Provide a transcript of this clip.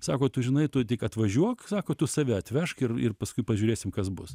sako tu žinai tu tik atvažiuok sako tu save atvežk ir ir paskui pažiūrėsim kas bus